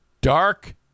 dark